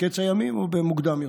בקץ הימים או מוקדם יותר.